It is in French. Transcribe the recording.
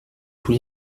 tous